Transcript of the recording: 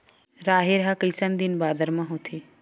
राहेर ह कइसन दिन बादर म होथे?